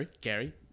Gary